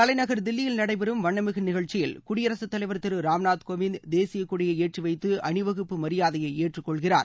தலைநகர் தில்லியில் நடைபெறும் வண்ணமிகு நிகழ்ச்சியில் குடியரசுத் தலைவர் திரு ராம்நூத் கோவிந்த் தேசிய கொடியை ஏற்றி வைத்து அணிவகுப்பு மரியாதையை ஏற்றுக் கொள்கிறார்